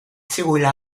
zegoela